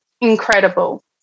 incredible